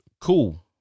Cool